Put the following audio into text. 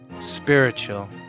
spiritual